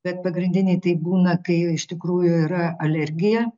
bet pagrindiniai tai būna kai iš tikrųjų yra alergija